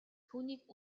түүнийг